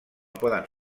poden